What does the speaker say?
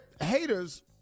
haters